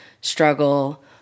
struggle